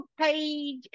page